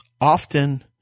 Often